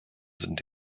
sind